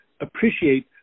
appreciate